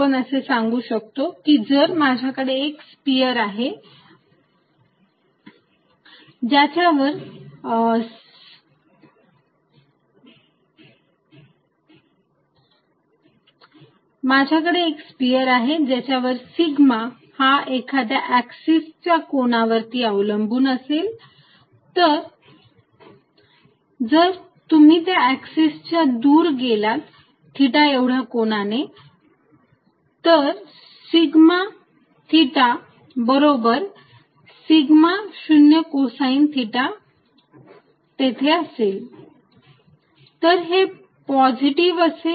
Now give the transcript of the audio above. आपण असे सांगू शकतो की जर माझ्याकडे एक स्पेअर आहे ज्याच्यावर सिग्मा हा एखाद्या एक्सिस च्या कोनावरती अवलंबून असेल जर तुम्ही त्या अक्सिस च्या दूर गेलात थिटा एवढ्या कोनाने जर सिग्मा थिटा बरोबर सिग्मा 0 कोसाईन थिटा आहे